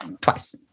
twice